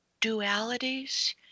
dualities